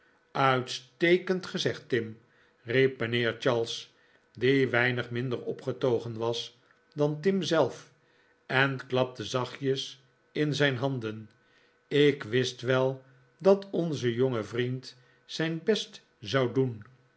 uitstekend gezegd tim riep mijnheer charles die weinig minder opgetogen was dan tim zelf en klapte zachtjes in zijn handen ik wist wel dat onze jonge vriend zijn best zou doen